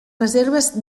reserves